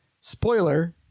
spoiler